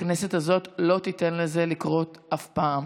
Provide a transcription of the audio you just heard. הכנסת הזאת לא תיתן לזה לקרות אף פעם.